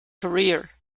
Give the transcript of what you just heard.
career